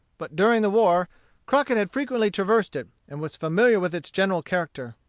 but during the war crockett had frequently traversed it, and was familiar with its general character.